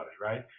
right